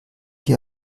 hier